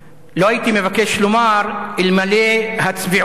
לא הייתי מבקש לומר אלמלא הצביעות,